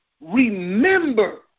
remember